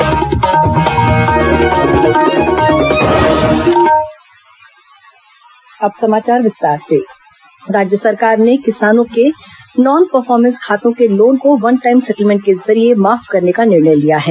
cabinet निर्णय राज्य सरकार ने किसानों के नॉन परफॉर्मेंस खातों के लोन को वन टाइम सेटेलमेंट के जरिये माफ करने का निर्णय लिया है